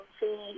see